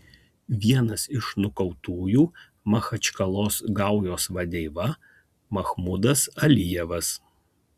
vienas iš nukautųjų machačkalos gaujos vadeiva mahmudas alijevas